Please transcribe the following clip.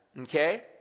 okay